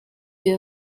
you